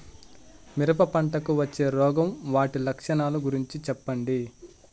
మిరప పంటకు వచ్చే రోగం వాటి లక్షణాలు గురించి చెప్పండి?